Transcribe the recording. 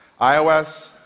iOS